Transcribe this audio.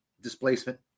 displacement